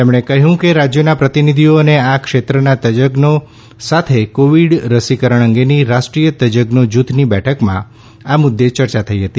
તેમણે કહ્યું કે રાજ્યોના પ્રતિનિધિઓ અને આ ક્ષેત્રના તજજ્ઞો સાથે કોવિડ રસીકરણ અંગેની રાષ્ટ્રીય તજજ્ઞો જૂથની બેઠકમાં આ મુદ્દે ચર્ચા થઈ હતી